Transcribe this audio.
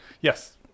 yes